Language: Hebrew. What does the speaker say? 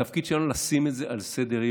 התפקיד שלנו הוא לשים את זה על סדר-היום,